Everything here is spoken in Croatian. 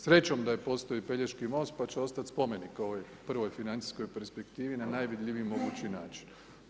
Srećom da je postoji Pelješki most, pa će ostati spomenik ovoj prvoj financijskoj perspektivi na najvidljiviji mogući način.